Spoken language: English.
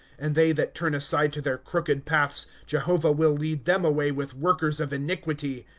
and they that turn aside to their crooked paths, jehovah will lead them away with workers of iniquity.